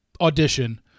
audition